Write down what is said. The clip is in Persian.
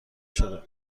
شده